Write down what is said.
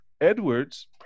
Edwards